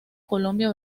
colombia